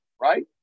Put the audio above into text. right